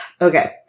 Okay